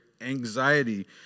anxiety